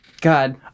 God